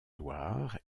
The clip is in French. loir